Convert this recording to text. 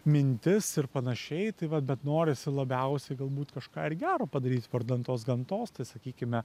mintis ir panašiai tai va bet norisi labiausiai galbūt kažką ir gero padaryt vardan tos gamtos tai sakykime